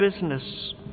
business